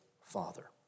Father